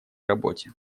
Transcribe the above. работе